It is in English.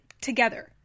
together